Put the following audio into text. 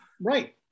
Right